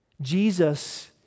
Jesus